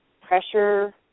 pressure